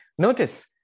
Notice